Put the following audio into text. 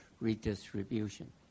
redistribution